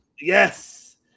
Yes